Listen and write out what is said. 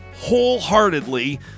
wholeheartedly